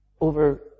over